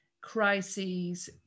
crises